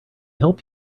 help